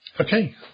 Okay